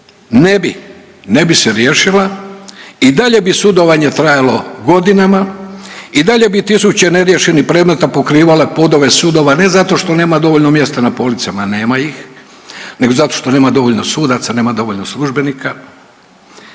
Ne bi, ne bi se riješila i dalje bi sudovanje trajalo godinama i dalje bi tisuće neriješenih predmeta pokrivale podove sudova, ne zato što nema dovoljno mjesta na policama, nema ih, nego zato što nema dovoljno sudaca, nema dovoljno službenika